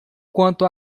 quanto